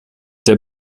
der